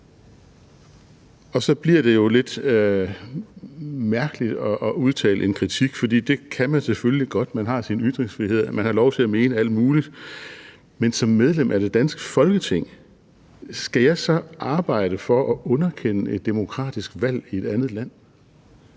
jo lidt mærkeligt at udtale en kritik. Det kan man selvfølgelig godt – man har sin ytringsfrihed, man har lov til at mene alt muligt – men som medlem af det danske Folketing skal jeg så arbejde for at underkende et demokratisk valg i et andet land?